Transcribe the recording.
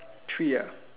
tree